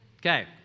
Okay